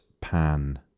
pan